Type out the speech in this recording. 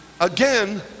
again